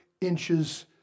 inches